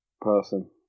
person